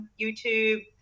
YouTube